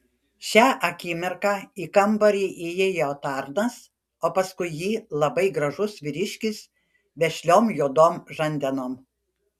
šią akimirką į kambarį įėjo tarnas o paskui jį labai gražus vyriškis vešliom juodom žandenom